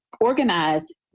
organized